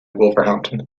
wolverhampton